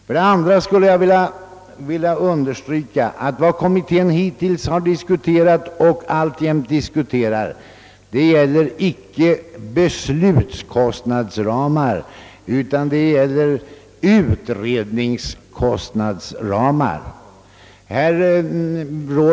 För det andra vill jag understryka att vad kommittén hittills har diskuterat och alltjämt diskuterar inte är beslutskostnadsramar utan utredningskostnadsramar.